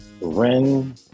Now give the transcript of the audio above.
Ren